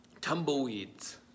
Tumbleweeds